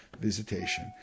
visitation